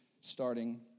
starting